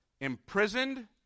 imprisoned